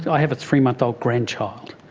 yeah have a three-month-old grandchild.